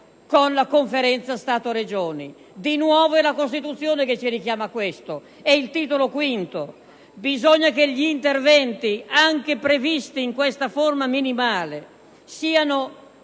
con la Conferenza Stato-Regioni. Di nuovo è la Costituzione che ci richiama a questo: è il Titolo V. Bisogna che gli interventi, anche previsti in questa forma minimale, siano